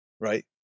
right